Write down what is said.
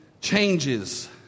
changes